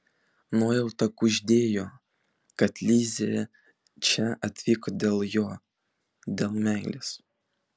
nuojauta kuždėjo kad lizė čia atvyko dėl jo dėl meilės